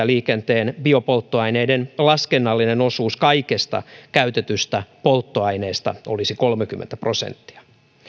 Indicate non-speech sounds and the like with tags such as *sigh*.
*unintelligible* liikenteen biopolttoaineiden laskennallinen osuus kaikesta käytetystä polttoaineesta olisi kolmekymmentä prosenttia